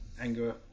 anger